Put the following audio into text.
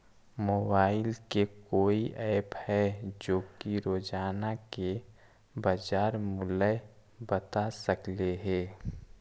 Mobile के कोइ app है जो कि रोजाना के बाजार मुलय बता सकले हे?